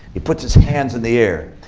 he puts his hands in the air.